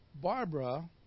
Barbara